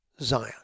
Zion